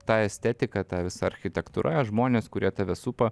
ta estetika ta visa architektūra žmonės kurie tave supa